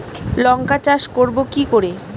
লঙ্কা চাষ করব কি করে?